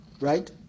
right